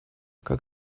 как